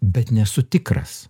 bet nesu tikras